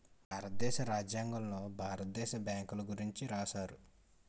భారతదేశ రాజ్యాంగంలో భారత దేశ బ్యాంకుల గురించి రాశారు